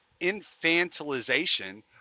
infantilization